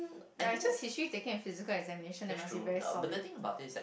like it's just history taking a physical examination they must be very solid